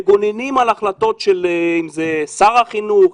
מגוננים על החלטות של אם זה שר החינוך,